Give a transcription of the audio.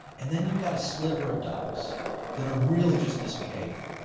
and then you've got a sliver of docs that are really just misbehaving.